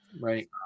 right